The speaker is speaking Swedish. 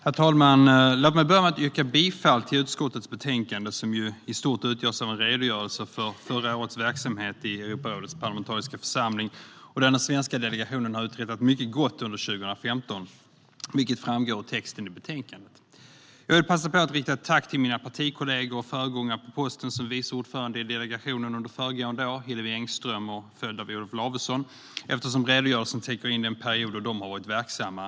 Herr talman! Låt mig börja med att yrka bifall till utskottets förslag i betänkandet. Betänkandet utgörs i stort av en redogörelse för förra årets verksamhet i Europarådets parlamentariska församling. Där har den svenska delegationen uträttat mycket gott under 2015, vilket framgår av texten i betänkandet. Jag vill passa på att rikta ett tack till mina partikollegor och föregångare på posten som vice ordförande i delegationen under föregående år, Hillevi Engström följd av Olof Lavesson. Redogörelsen täcker in den period då de varit verksamma.